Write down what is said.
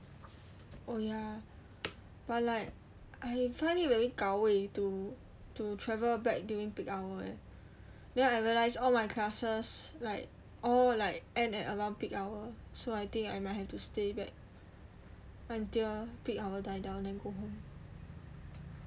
oh ya but like I find it very 搞胃 to to travel back during peak hours then I realise all my classes like all like end at around peak hour so I think I might have to stay back until peak hour die down then go home